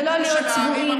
ולא להיות צבועים,